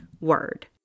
word